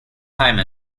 time